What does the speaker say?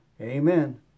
Amen